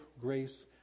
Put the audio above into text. grace